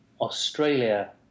Australia